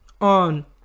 on